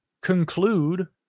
conclude